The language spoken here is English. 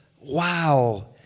Wow